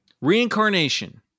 Reincarnation